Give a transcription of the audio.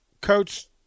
coach